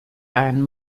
ein